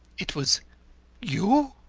it was you!